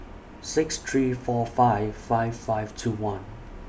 six three four five five five two one